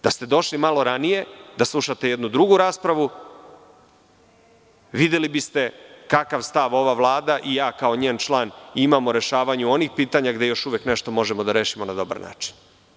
Da ste došli malo ranije da slušate jednu drugu raspravu, videli biste kakav stav ova Vlada i ja kao njen član imamo u rešavanju onih pitanja gde još uvek nešto možemo da rešimo na dobar način.